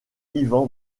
ivan